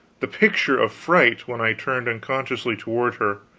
the picture of fright, when i turned unconsciously toward her.